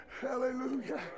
hallelujah